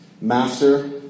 Master